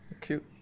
Cute